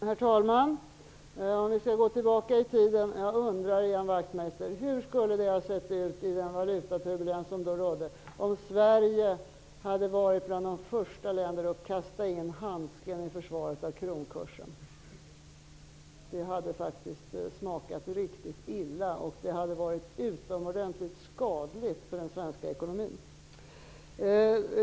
Herr talman! Om vi skall gå tillbaka i tiden undrar jag, Ian Wachtmeister, hur det skulle ha sett ut i den valutaturbulens som då rådde, om Sverige hade varit bland de första länderna att kasta in handsken i försvaret av kronkursen. Det hade faktiskt smakat riktigt illa, och det hade varit utomordentligt skadligt för den svenska ekonomin.